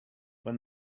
when